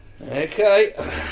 okay